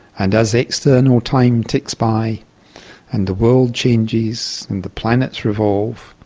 and as external time ticks by and the world changes and the planets revolve,